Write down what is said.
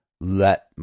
let